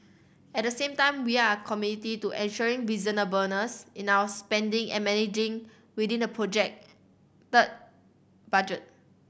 at the same time we are committed to ensuring reasonableness in our spending and managing within the projected budget